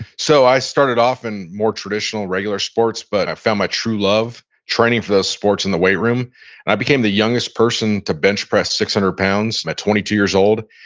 so i started off in more traditional regular sports, but i found my true love training for those sports in the weight room. and i became the youngest person to bench press six hundred pounds by twenty two years old.